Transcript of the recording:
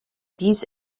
these